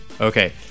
Okay